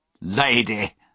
Lady